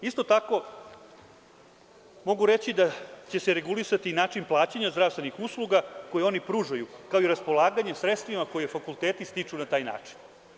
Isto tako, mogu reći da će se regulisati način plaćanja zdravstvenih usluga koje oni pružaju, kao i raspolaganje sredstvima koje fakulteti stiču na taj način.